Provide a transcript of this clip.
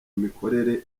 mikorere